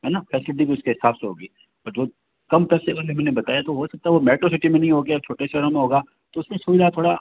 है ना फैस्लिटी भी उस के हिसाब से होगी मतलब कम पैसे वाले मैंने बताया तो हो सकता है वो मेट्रो सिटी में नहीं हो के छोटे शहरों में होगा तो उसमें सुविधा थोड़ा